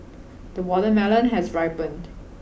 the watermelon has ripened